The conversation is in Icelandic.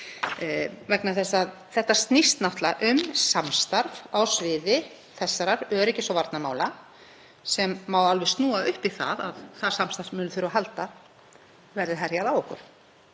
vegna þess að þetta snýst náttúrlega um samstarf á sviði þessara öryggis- og varnarmála sem má alveg snúa upp í það að það samstarf muni þurfa að halda, verði herjað á okkur.